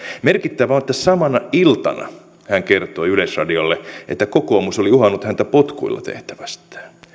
merkittävää on että samana iltana hän kertoi yleisradiolle että kokoomus oli uhannut häntä potkuilla tehtävästään